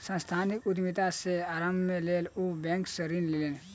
सांस्थानिक उद्यमिता के आरम्भक लेल ओ बैंक सॅ ऋण लेलैन